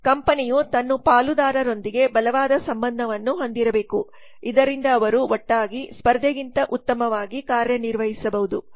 ಕಂಪನಿಯು ತನ್ನ ಪಾಲುದಾರರೊಂದಿಗೆ ಬಲವಾದ ಸಂಬಂಧವನ್ನು ಹೊಂದಿರಬೇಕು ಇದರಿಂದ ಅವರು ಒಟ್ಟಾಗಿ ಸ್ಪರ್ಧೆಗಿಂತ ಉತ್ತಮವಾಗಿ ಕಾರ್ಯನಿರ್ವಹಿಸಬಹುದು